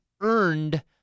earned